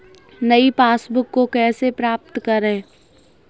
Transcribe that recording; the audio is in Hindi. नई पासबुक को कैसे प्राप्त करें?